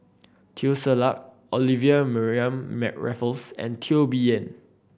Teo Ser Luck Olivia Mariamne Raffles and Teo Bee Yen